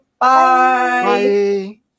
Bye